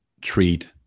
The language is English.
treat